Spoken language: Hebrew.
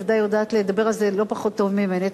את בוודאי יודעת לדבר על זה לא פחות טוב ממני.